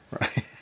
Right